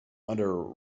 under